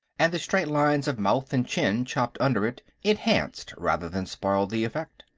and the straight lines of mouth and chin chopped under it enhanced rather than spoiled the effect.